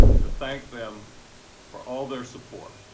to thank them for all their support,